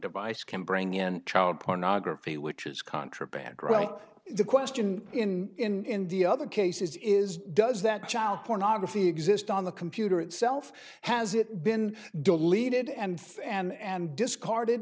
devise can bring in child pornography which is contraband right the question in other cases is does that child pornography exist on the computer itself has it been deleted and and discard